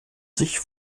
sich